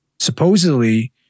supposedly